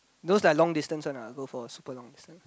those like long distance one ah go for super long distance